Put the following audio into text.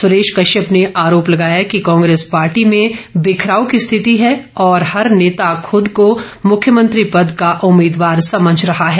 सुरेश कश्यप ने आरोप लगाया कि कांग्रेस पार्टी में बिखराव की स्थिति है और हर नेता खुद को मुख्यमंत्री पद का उम्मीदवार समझ रहा है